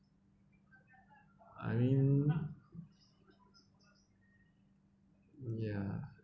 I mean ya